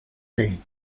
saying